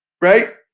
right